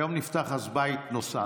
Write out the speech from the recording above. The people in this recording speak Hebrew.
היום נפתח בית נוסף.